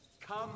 come